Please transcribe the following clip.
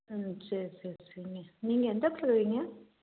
ம் சரி சரி சரிங்க நீங்கள் எந்த இடத்துல இருக்கீங்க